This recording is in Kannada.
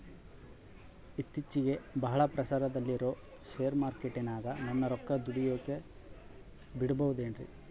ಇತ್ತೇಚಿಗೆ ಬಹಳ ಪ್ರಚಾರದಲ್ಲಿರೋ ಶೇರ್ ಮಾರ್ಕೇಟಿನಾಗ ನನ್ನ ರೊಕ್ಕ ದುಡಿಯೋಕೆ ಬಿಡುಬಹುದೇನ್ರಿ?